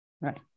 Right